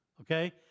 okay